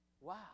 Wow